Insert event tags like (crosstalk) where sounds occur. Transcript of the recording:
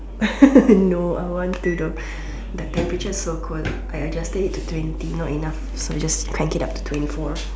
(laughs) no I want to know the temperature so cold I adjusted it to twenty not enough so I just crank it up to twenty four